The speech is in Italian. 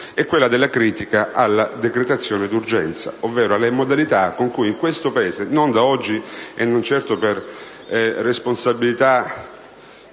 Palazzo, inerisce alla decretazione d'urgenza, ovvero alle modalità con cui in questo Paese, non da oggi e non certo per responsabilità